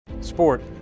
Sport